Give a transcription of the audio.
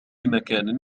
مكان